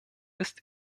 ist